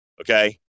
Okay